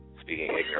speaking